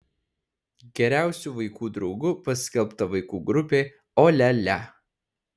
geriausiu vaikų draugu paskelbta vaikų grupė o lia lia